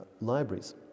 libraries